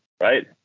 right